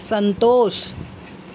ಸಂತೋಷ